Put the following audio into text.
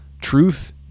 truth